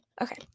Okay